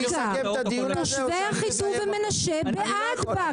--- תושבי אחיטוב ומנשה בעד באקה.